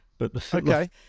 Okay